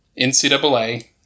NCAA